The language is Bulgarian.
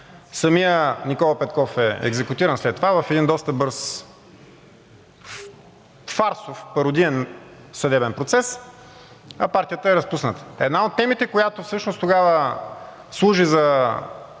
самият Никола Петков е екзекутиран след това в един доста бърз, фарсов, пародиен съдебен процес, а партията е разпусната. Една от темите, която всъщност тогава служи за